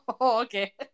okay